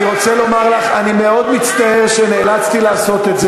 אני שמח, זהבה, שהצטרפת אלינו.